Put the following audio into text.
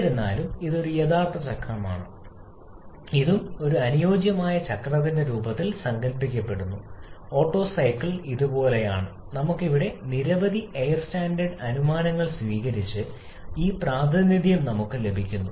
എന്നിരുന്നാലും ഇതൊരു യഥാർത്ഥ ചക്രമാണ് ഇതും ഒരു അനുയോജ്യമായ ചക്രത്തിന്റെ രൂപത്തിൽ സങ്കൽപ്പിക്കപ്പെടുന്നു ഓട്ടോ സൈക്കിൾ ഇതുപോലെയാണ് നമുക്ക് ഇവിടെ നിരവധി എയർ സ്റ്റാൻഡേർഡ് അനുമാനങ്ങൾ സ്വീകരിച്ച് ഈ പ്രാതിനിധ്യം നമുക്ക് ലഭിക്കുന്നു